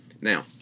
Now